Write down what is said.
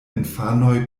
infanoj